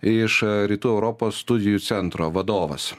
iš rytų europos studijų centro vadovas